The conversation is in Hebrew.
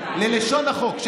ללשון החוק,